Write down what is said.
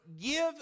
give